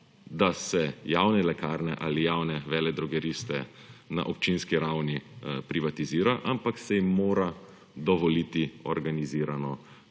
da se javne lekarne ali javne veledrogeriste na občinski ravni privatizira, ampak se jim mora dovoliti organizirano